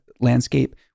landscape